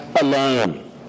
alone